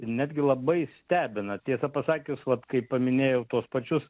netgi labai stebina tiesą pasakius vat kai paminėjau tuos pačius